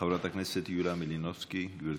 ואני חשבתי שאתה רוצה למשוך את תשומת ליבו